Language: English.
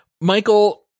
Michael